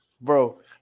Bro